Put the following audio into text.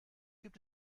gibt